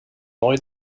neu